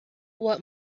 what